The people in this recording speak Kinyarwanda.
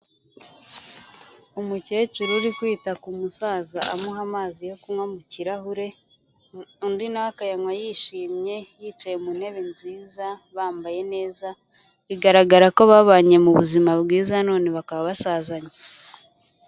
Umukecuru uri kwita ku musaza amuha amazi yo kunywa mu kirahure, undi na we akayanywa yishimye, yicaye mu ntebe nziza, bambaye neza. Bigaragara ko babanye mu buzima bwiza none bakaba basazanye.